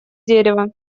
дерева